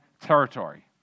territory